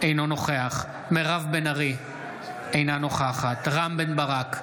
אינו נוכח מירב בן ארי, אינה נוכחת רם בן ברק,